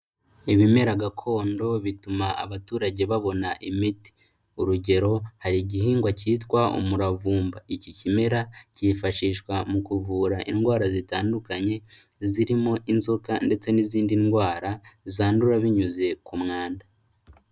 Ibimera gakondo bituma abaturage babona imiti, urugero hari igihingwa kitwa umuravumba, iki kimera kifashishwa mu kuvura indwara zitandukanye, zirimo inzoka ndetse n'izindi ndwara zandura binyuze ku mwanda.